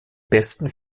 besten